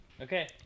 Okay